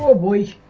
we